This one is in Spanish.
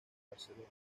barcelona